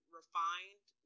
refined